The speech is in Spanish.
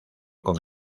con